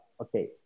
okay